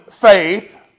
faith